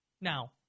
Now